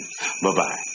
Bye-bye